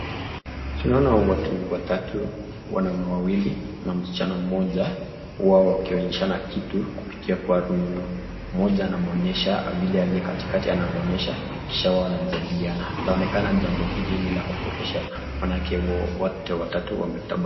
Tunaona watu watatu wanaume wawili, na masichana moja wao wakionyeshana kitu, kupitia rununu. Moja anamuonyesha yule aliye katikati anamuonyesha, kisha wao wanajadiliana. Inaonekana jambo hili ni la kufurahisha maanake wote watatu wametabasamu.